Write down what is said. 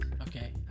okay